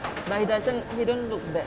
but he doesn't he don't look that